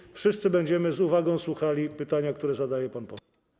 I wszyscy będziemy z uwagą słuchali pytania, które zadaje pan poseł.